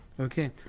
Okay